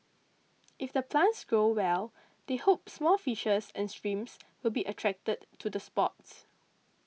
if the plants grow well they hope small fishes and shrimps will be attracted to the spot